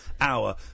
hour